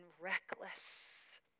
reckless